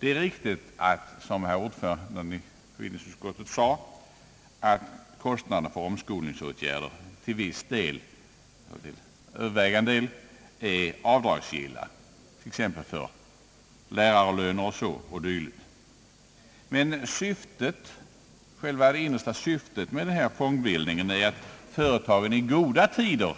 Det är riktigt, som herr ordföranden i bevillningsutskottet sade, att kostnaden för omskolningsåtgärder till övervägande del är avdragsgilla, t.ex. när det gäller lärarlöner och dylikt, men det innersta syftet med den föreslagna fondbildningen är att företagen i goda tider